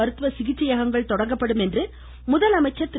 மருத்துவ சிகிச்சையகங்கள் தொடங்கப்படும் என்று முதலமைச்சர் திரு